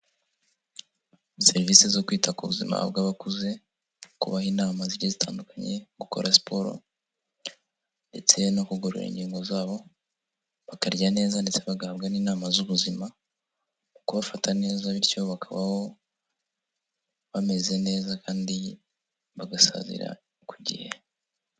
Serivisi zo kwita ku buzima bw'abakuze, kubaha inama zigiye zitandukanye, gukora siporo ndetse no kugorora ingingo zabo, bakarya neza ndetse bagahabwa n'inama z'ubuzima mu kubafata neza, bityo bakabaho bameze neza kandi bagasazira ku gihe.